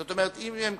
זאת אומרת, אם הן